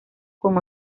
con